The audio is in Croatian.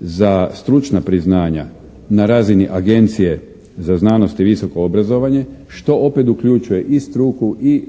za stručna priznanja na razini Agencije za znanost i visoko obrazovanje što opet uključuje i struku i